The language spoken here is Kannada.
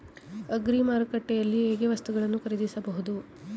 ಅಗ್ರಿ ಮಾರುಕಟ್ಟೆಯಲ್ಲಿ ಹೇಗೆ ವಸ್ತುಗಳನ್ನು ಖರೀದಿಸಬಹುದು?